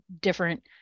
different